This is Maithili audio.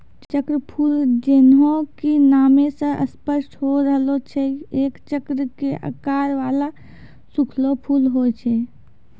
चक्रफूल जैन्हों कि नामै स स्पष्ट होय रहलो छै एक चक्र के आकार वाला सूखलो फूल होय छै